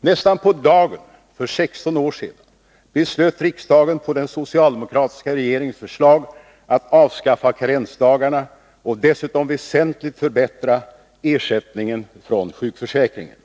Nästan på dagen för 16 år sedan beslöt riksdagen på den socialdemokratiska regeringens förslag att avskaffa karensdagarna och dessutom väsentligt förbättra ersättningen från sjukförsäkringen.